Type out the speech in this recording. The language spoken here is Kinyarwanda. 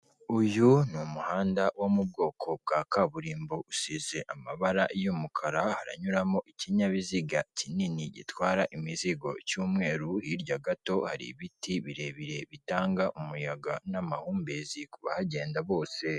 Uyu ni umuhanda wo mu bwoko bwa kaburimbo, usize amabara y'umukara haranyuramo ikinyabiziga kinini gitwara imizigo cy'umweru, hirya gato hari ibiti birebire bitanga umuyaga n'amahumbezi kubahagenda bose.